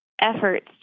efforts